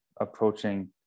approaching